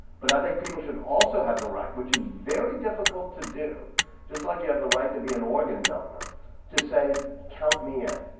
but i think people should also have the right which is very difficult to do just like you have the right to be an organ donor to say, count me in.